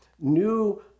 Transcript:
new